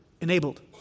enabled